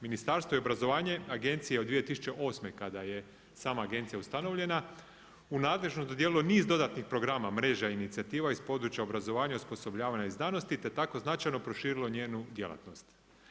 Ministarstvo obrazovanja i agencija od 2008. kada je sama agencija ustanovljena u nadležnost dodjeljuju niz dodatnih programa, mreža i inicijativa iz područja obrazovanja, osposobljavanja i znanosti te tako značajno prošilo njezinu djelatnost.